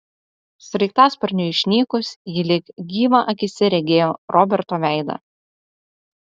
sraigtasparniui išnykus ji lyg gyvą akyse regėjo roberto veidą